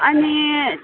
अनि